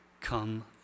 come